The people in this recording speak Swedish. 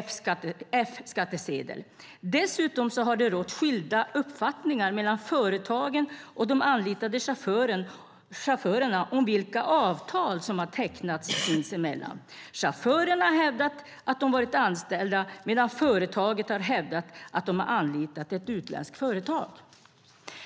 Enligt uppgift till utskottet har det vid Skatteverkets granskning framgått att det råder skilda meningar mellan det företag som anlitat chaufförerna och chaufförerna om vilket avtal som har tecknats. Chaufförerna har i många fall hävdat att de varit anställda medan företagen har hävdat att de har anlitat ett utländskt företag."